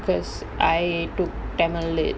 because I took tamil literature